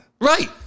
Right